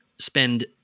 spend